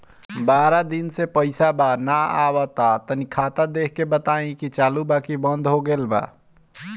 बारा दिन से पैसा बा न आबा ता तनी ख्ताबा देख के बताई की चालु बा की बंद हों गेल बा?